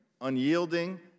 unyielding